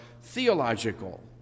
theological